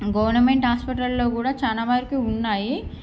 government హాస్పిటల్లలో కూడా చాలా వరకు ఉన్నాయి